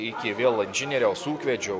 iki vėl inžinieriaus ūkvedžio